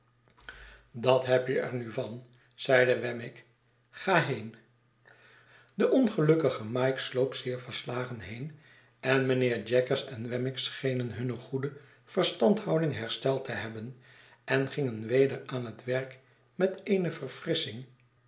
dat heb je er nu van zeide wemmick ga heen de ongelukkige mike sloop zeer verslagen heen en mijnheer jaggers en wemmick schenen nu hunne goede verstandhouding hersteld te hebben en gingen weder aan het werk met eene verfrissching